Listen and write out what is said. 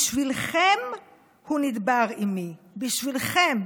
בשבילכם הוא נדבר עימי" בשבילכם,